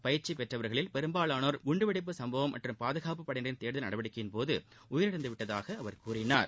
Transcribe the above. பயிற்சி பெற்றவர்களில் பெரும்பாலானோர் குண்டுவெடிப்பு சம்பவம் மற்றும் பாதுகாப்புப்படையினரின் தேடுதல் நடவடிக்கையின்போது உயிரிழந்துவிட்டதாக அவர் கூறினார்